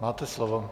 Máte slovo.